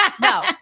No